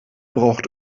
braucht